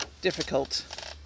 difficult